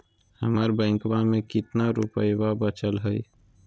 हमर बैंकवा में कितना रूपयवा बचल हई?